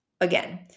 Again